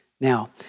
Now